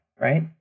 right